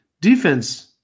defense